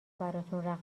براتون